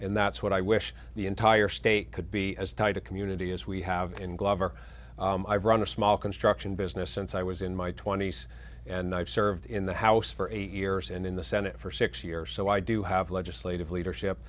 and that's what i wish the entire state could be as tight a community as we have in glover i've run a small construction business since i was in my twenty's and i've served in the house for eight years and in the senate for six years so i do have legislative leadership